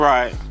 Right